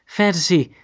fantasy